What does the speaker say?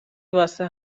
واسه